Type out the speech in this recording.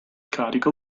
carico